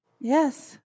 Yes